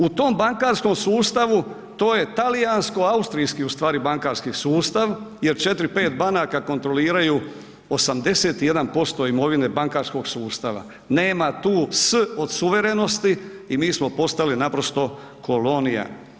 U tom bankarskom sustavu, to je talijansko-austrijski u stvari bankarski sustav jer 4-5 banaka kontroliraju 81% imovine bankarskog sustava, nema tu S od suverenosti i mi smo postali naprosto kolonija.